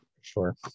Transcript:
sure